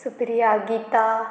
Supriya Gita